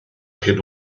hyn